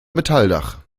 metalldach